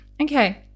Okay